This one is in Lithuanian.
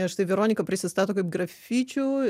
štai veronika prisistato kaip grafičių